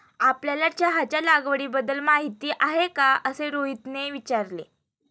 आपल्याला चहाच्या लागवडीबद्दल माहीती आहे का असे रोहितने विचारले?